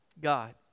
God